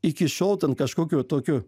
iki šiol ten kažkokių tokių